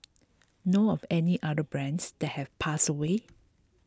know of any other brands that have passed away